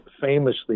famously